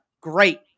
great